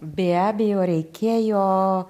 be abejo reikėjo